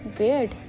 weird